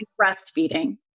breastfeeding